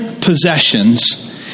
possessions